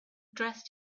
dressed